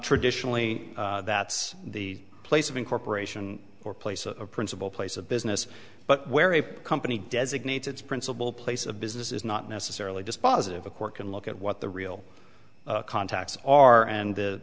traditionally that's the place of incorporation or place a principal place of business but where a company designates its principal place of business is not necessarily dispositive a court can look at what the real contacts are and the